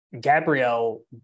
Gabrielle